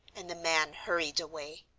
and the man hurried away.